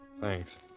Thanks